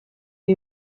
più